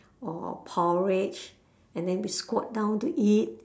or porridge and then we squat down to eat